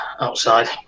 outside